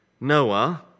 Noah